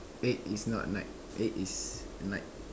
eh is not night eh is night